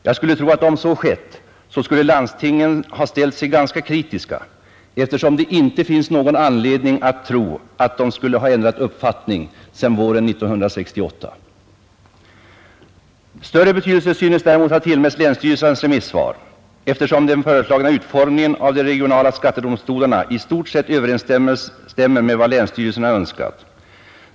Jag skulle tro att om så skett skulle landstingen ha ställt sig ganska kritiska, eftersom det inte finns anledning tro att de skulle ändrat uppfattning sedan våren 1968. Större betydelse synes däremot ha tillmätts länsstyrelsernas remissvar, eftersom den föreslagna utformningen av de regionala skattedomstolarna i stort sett överensstämmer med vad länsstyrelserna önskat.